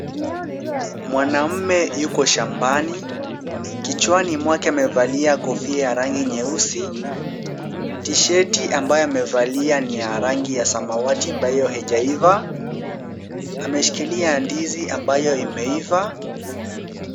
Mwanaume yuko shambani. Kichwani mwake amevalia kofia ya rangi nyeusi. (Cs)Tisheti(cs) ambayo amevalia ni ya rangi ya samawati ambayo haijaiva. Ameshikilia ndizi ambayo imeiva.